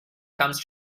comes